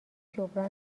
جبران